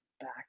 back